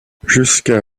jusqu’à